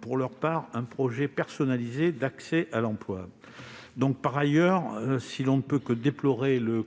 pour leur part, un projet personnalisé d'accès à l'emploi. Par ailleurs, si l'on ne peut que déplorer le